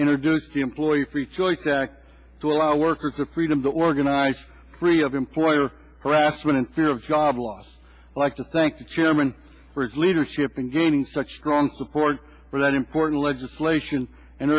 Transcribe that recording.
introduced the employee free choice act to allow workers the freedom to organize free of employer harassment and fear of job loss like to thank the chairman for his leadership in gaining such strong support for that important legislation and